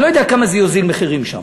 אני לא יודע כמה זה יוריד מחירים שם,